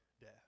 death